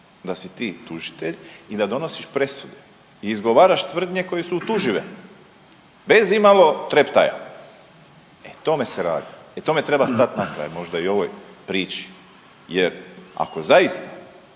da si ti tužitelj i da donosiš presudu i izgovaraš tvrdnje koje su utužive bez imalo treptaja, e o tome se radi, e tome treba stat na kraj, možda i ovoj priči jer ako zaista